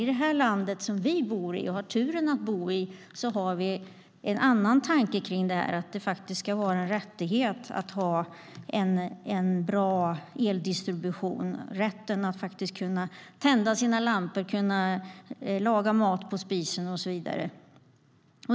I det land som vi har turen att bo i har vi en annan tanke kring detta: Det ska vara en rättighet att ha en bra eldistribution så att vi kan tända våra lampor, laga mat på våra spisar och så vidare.